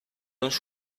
uns